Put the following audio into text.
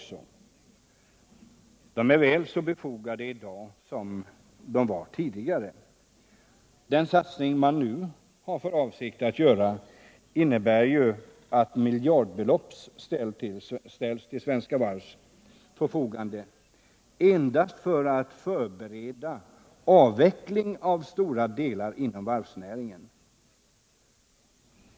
Frågorna är väl så befogade nu som tidigare. Den satsning som man nu har för avsikt att göra innebär att miljardbelopp ställs till Svenska Varvs förfogande endast för att förbereda avveckling av stora delar inom varvsnäringen.